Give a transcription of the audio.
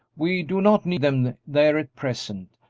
we do not need them there at present,